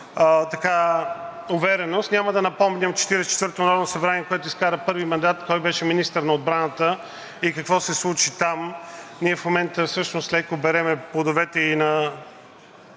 увереност. Няма да напомням за Четиридесет и четвъртото народно събрание, което изкара първи мандат, кой беше министър на отбраната и какво се случи там. Ние в момента всъщност леко берем плодовете и на